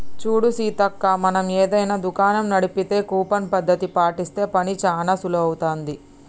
చూడు సీతక్క మనం ఏదైనా దుకాణం నడిపితే కూపన్ పద్ధతి పాటిస్తే పని చానా సులువవుతుంది